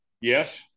yes